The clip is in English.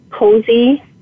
cozy